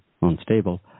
unstable